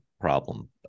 problem